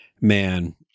Man